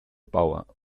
bauer